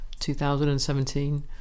2017